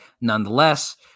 nonetheless